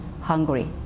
hungry